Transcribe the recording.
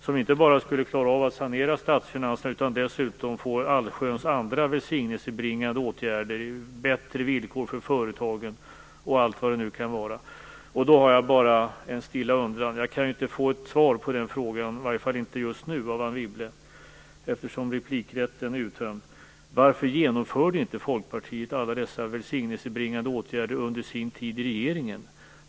Med det skulle man inte bara klara av att sanera statsfinanserna, det skulle dessutom innehålla allsköns välsignelsebringande åtgärder, ge bättre villkor för företagen och vad det nu kan vara. Då har jag bara en stilla undran. Jag kan inte få ett svar på den här frågan, i varje fall inte just nu, av Anne Wibble, eftersom replikrätten är uttömd: Varför genomförde inte Folkpartiet alla dessa välsignelsebringande åtgärder under sin tid i regeringen?